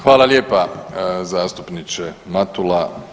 Hvala lijepa zastupniče Matula.